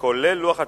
כולל לוח התיקונים.